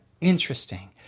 Interesting